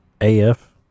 AF